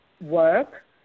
work